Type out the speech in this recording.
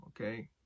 Okay